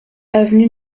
avenue